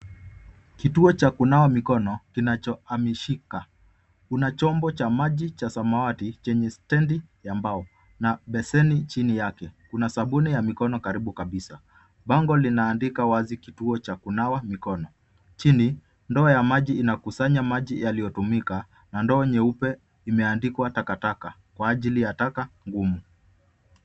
Kituo cha kunawa mikono kinacho hamishika, kuna chombo cha maji cha samawati chenye standi ya mbao na beseni chini yake. Kuna sabuni ya mikono karibu kabisa .Bango linaandika wazi kituo cha kunawa mikono. Chini ndoo ya maji inakusanya maji yaliyo tumika na ndoo nyeupe imeandikwa takataka kwa ajili ya taka ngumu.